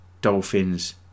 Dolphins